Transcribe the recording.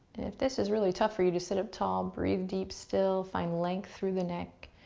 if this is really tough for you to sit up tall, breath deep, still, find length through the neck,